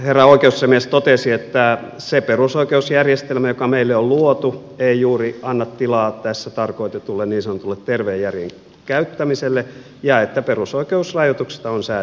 herra oikeusasiamies totesi että se perusoikeusjärjestelmä joka meille on luotu ei juuri anna tilaa tässä tarkoitetulle niin sanotulle terveen järjen käyttämiselle ja että perusoikeusrajoituksethan on säädettävä lailla